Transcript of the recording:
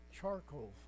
Charcoal